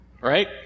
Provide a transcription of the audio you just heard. Right